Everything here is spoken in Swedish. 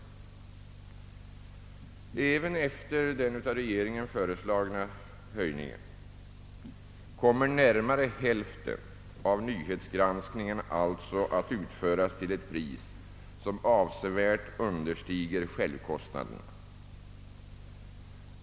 Även efter den av regeringen föreslagna höjningen kommer närmare hälften av nyhetsgranskningen alltså att utföras till ett pris som avsevärt understiger självkostnaden.